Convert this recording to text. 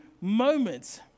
moments